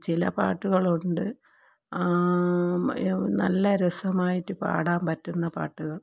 ചില പാട്ട്കളുണ്ട് നല്ല രസമായിട്ട് പാടാൻ പറ്റുന്ന പാട്ടുകൾ